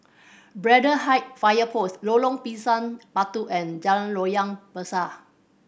Braddell Height Fire Post Lorong Pisang Batu and Jalan Loyang Besar